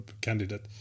candidate